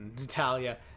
natalia